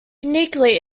uniquely